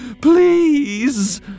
Please